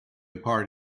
part